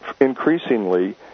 increasingly